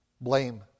blame